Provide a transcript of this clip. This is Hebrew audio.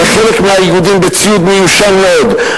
בחלק מהאיגודים בציוד מיושן מאוד.